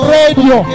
radio